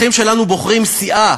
האזרחים שלנו בוחרים סיעה,